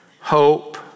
hope